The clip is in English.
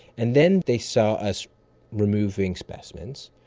and then they saw us removing specimens,